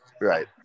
right